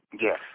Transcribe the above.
Yes